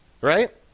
Right